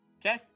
okay